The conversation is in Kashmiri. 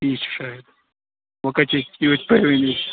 یٖی چھُ شایَد وۅنۍ کَتہِ چھِ ییٖژ بَرٲنی